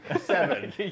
seven